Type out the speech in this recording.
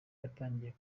yatangiye